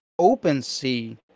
OpenSea